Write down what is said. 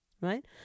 right